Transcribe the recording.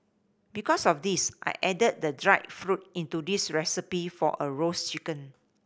because of this I added the dried fruit into this recipe for a roast chicken